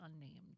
unnamed